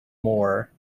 moor